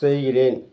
செய்கிறேன்